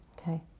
Okay